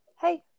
hey